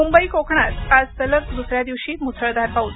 मुंबई कोकणात आज सलग द्रसऱ्या दिवशी मुसळधार पाऊस